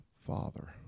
father